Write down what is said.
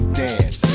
dance